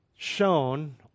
shown